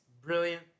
brilliant